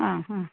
ആ ആ